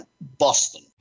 Boston